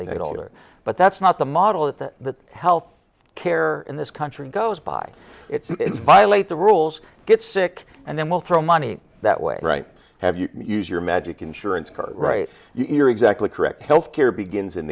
matter but that's not the model that health care in this country goes by it's violate the rules get sick and then we'll throw money that way right have you use your magic insurance card right you're exactly correct health care begins in